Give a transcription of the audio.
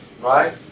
right